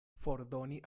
fordoni